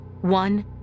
one